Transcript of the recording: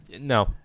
No